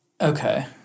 okay